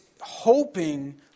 hoping